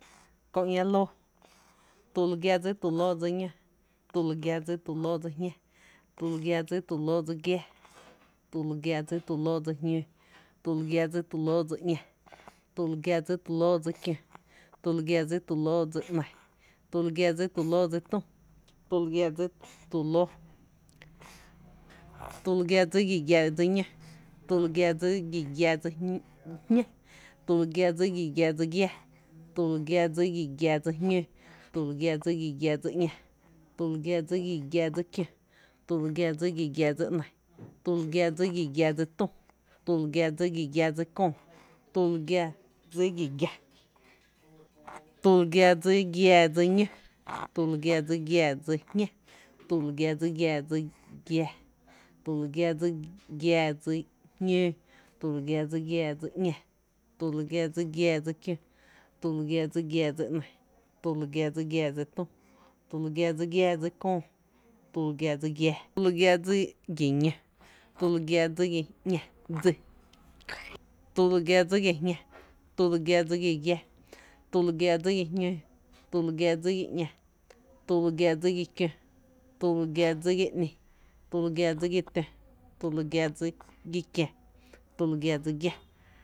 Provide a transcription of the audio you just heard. kö ‘ña lóó, tü lu gia dsi tu lóó dsi ñó, tü lu gia dsi tu lóó dsi jñá, tü lu gia dsi tu lóó dsi giⱥⱥ, tü lu gia dsi tu lóó dsi jñóó, tü lu gia dsi tu lóó dsi ‘ña, tü lu gia dsi tu lóó dsi kió, tü lu gia dsi tu lóó dsi ‘ny, tü lu gia dsi tu lóó dsi tü, tü lu gia dsi tu lóó dsi ‘köö, tü lu gia dsi tu lóó, tü lu gia dsi giⱥ giⱥ dsi ñó, tü lu gia dsi giⱥ giⱥ dsi jñá, tü lu gia dsi giⱥ giⱥ dsi giⱥⱥ, tü lu gia dsi giⱥ giⱥ dsi jñóó, tü lu gia dsi giⱥ giⱥ dsi ‘ña, tü lu gia dsi giⱥ giⱥ dsi kió, tü lu gia dsi giⱥ giⱥ dsi ‘ny, tü lu gia dsi giⱥ giⱥ dsi tü, tü lu gia dsi giⱥ giⱥ dsi köö, tü lu gia dsi giⱥ giⱥ, tü lu gia dsi giⱥⱥ dsi ñó, tü lu gia dsi giⱥⱥ dsi jñá, tü lu gia dsi giⱥⱥ dsi giⱥá tü lu gia dsi giⱥⱥ dsi jñóó, tü lu gia dsi giⱥⱥ dsi ‘ña, tü lu gia dsi giⱥⱥ dsi kió, tü lu gia dsi giⱥⱥ dsi ‘ny, tü lu gia dsi giⱥⱥ dsi tü, tü lu gia dsi giⱥⱥ dsi köö, tü lu gia dsi giⱥⱥ, tü lu gia dsi giⱥ ñó, tü lu gia dsi giⱥ jñá, tü lu gia dsi giⱥ giⱥá, tü lu gia dsi giⱥ jñóó, tü lu gia dsi giⱥ ‘ña, tü lu gia dsi giⱥ kió, tü lu gia dsi giⱥ ‘nï, tü lu gia dsi giⱥ tö, tü lu gia dsi giⱥ kiää, tü lu gia dsi giⱥ